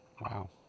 Wow